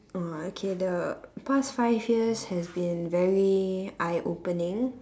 !wah! okay the past five years has been very eye opening